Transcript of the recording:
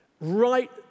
Right